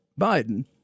Biden